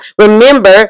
remember